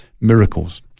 miracles